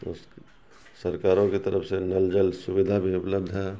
تو اس کی سرکاروں کی طرف سے نل جل سویدھا بھی اپلبدھ ہے